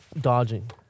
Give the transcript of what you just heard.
dodging